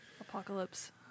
Apocalypse